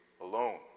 alone